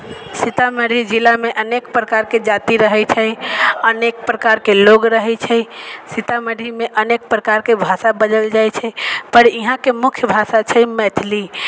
सीतामढ़ी जिलामे अनेक प्रकारके जाति रहै छै अनेक प्रकारके लोक रहै छै सीतामढ़ीमे अनेक प्रकारके भाषा बजल जाइ छै पर इहाँके मुख्य भाषा छै मैथिली